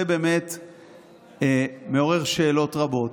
זה באמת מעורר שאלות רבות.